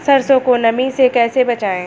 सरसो को नमी से कैसे बचाएं?